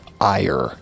ire